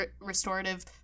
restorative